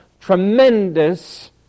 tremendous